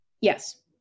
Yes